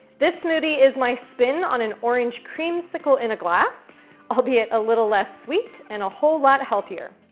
this smoothie is my spin on an orange creamsicle in a glass albeit a little less sweet and a whole lot healthier.